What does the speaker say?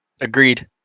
Agreed